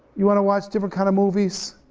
you wanna watch different kinda movies,